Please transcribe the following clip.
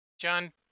John